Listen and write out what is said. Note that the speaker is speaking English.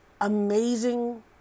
amazing